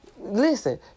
Listen